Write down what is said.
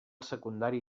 secundari